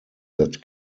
that